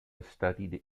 studied